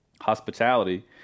Hospitality